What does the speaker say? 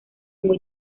muy